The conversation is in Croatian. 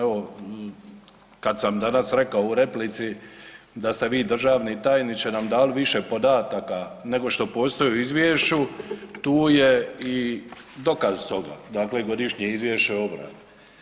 Evo kad sam danas rekao u replici da ste vi državni tajniče nam dali više podataka nego što postoji u izvješću, tu je i dokaz toga, dakle godišnje izvješće o obrani.